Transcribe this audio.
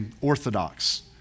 orthodox